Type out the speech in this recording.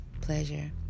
pleasure